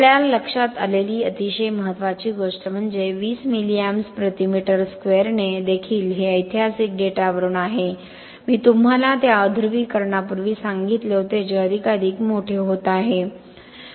आपल्या लक्षात आलेली अतिशय महत्त्वाची गोष्ट म्हणजे 20 मिली एम्पस प्रति मीटर स्क्वेअरने देखील हे ऐतिहासिक डेटावरून आहे मी तुम्हाला त्या अध्रुवीकरणापूर्वी सांगितले होते जे अधिकाधिक मोठे होत आहे